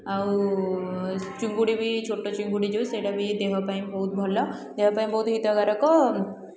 ଆଉ ଚିଙ୍ଗୁଡ଼ି ବି ଛୋଟ ଚିଙ୍ଗୁଡ଼ି ଯେଉଁ ସେଇଟା ବି ଦେହ ପାଇଁ ବହୁତ ଭଲ ଦେହ ପାଇଁ ବହୁତ ହିତକାରକ